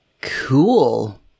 Cool